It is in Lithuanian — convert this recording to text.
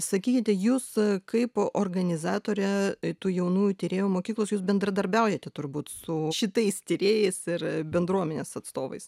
sakykite jūs kaip organizatorė tų jaunųjų tyrėjų mokyklos jūs bendradarbiaujate turbūt su šitais tyrėjais ir bendruomenės atstovais